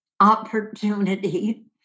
opportunity